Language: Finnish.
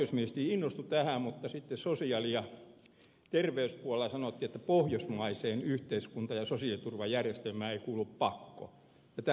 oikeusministeri innostui tästä mutta sitten sosiaali ja terveyspuolella sanottiin että pohjoismaiseen yhteiskuntaan ja sosiaaliturvajärjestelmään ei kuulu pakko ja tähän tämä raukesi